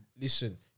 Listen